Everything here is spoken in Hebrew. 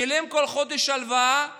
שילם בכל חודש את ההלוואה,